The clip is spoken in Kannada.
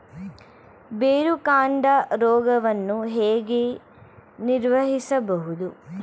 ಬೇರುಕಾಂಡ ರೋಗವನ್ನು ಹೇಗೆ ನಿರ್ವಹಿಸಬಹುದು?